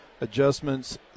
adjustments